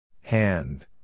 Hand